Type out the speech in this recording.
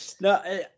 No